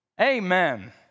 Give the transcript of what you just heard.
Amen